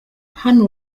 hano